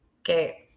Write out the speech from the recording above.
Okay